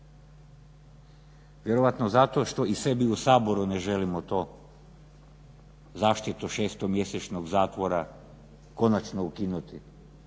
Vjerojatno zato što i sebi u Saboru ne želimo tu zaštitu 6-mjesečnog zatvora konačno ukinuti